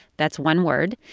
that's one word.